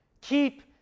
Keep